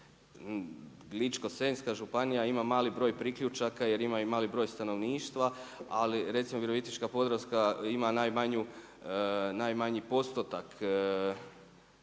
Ličko-senjska županija ima mali broj priključaka jer imaju mali broj stanovništva, ali recimo Virovitička-podravska ima najmanji postotak,